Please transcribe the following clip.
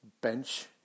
bench